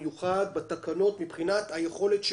אנחנו בישיבה של הוועדה המיוחדת לענייני היערכות מערכת החינוך,